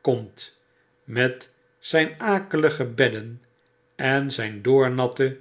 komt met zgn akelige bedden en zfln